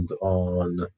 on